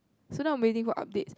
so now I'm waiting for updates